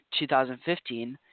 2015